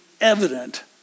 evident